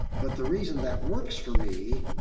but the reason that works for me